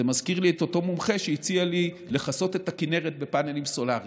זה מזכיר לי את אותו מומחה שהציע לי לכסות את הכינרת בפאנלים סולריים.